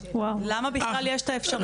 למה בכלל יש את האפשרות הזאת?